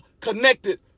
connected